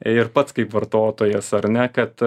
ir pats kaip vartotojas ar ne kad